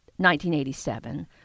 1987